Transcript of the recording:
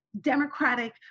Democratic